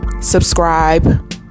subscribe